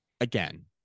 again